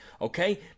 Okay